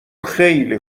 خیلی